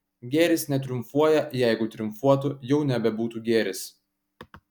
gėris netriumfuoja jeigu triumfuotų jau nebebūtų gėris